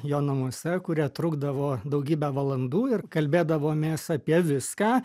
jo namuose kurie trukdavo daugybę valandų ir kalbėdavomės apie viską